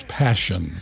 passion